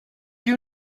you